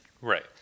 Right